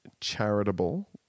charitable